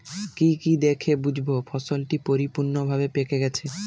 কি কি দেখে বুঝব ফসলটি পরিপূর্ণভাবে পেকে গেছে?